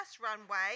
runway